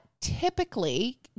typically